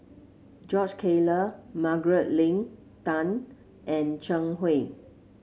George Collyer Margaret Leng Tan and Zhang Hui